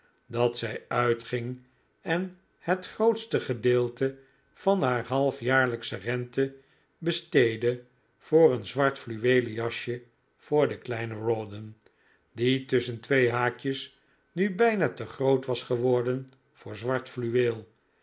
dat zij uitging en het grootste gedeelte van haar halfjaarlijksche rente besteedde voor een zwart fluweelen jasje voor den kleinen rawdon die tusschen twee haakjes nu bijna te groot was geworden voor zwart fluweel